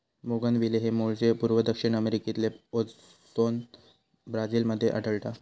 bougainvillea हे मूळचे पूर्व दक्षिण अमेरिकेतले असोन ब्राझील मध्ये आढळता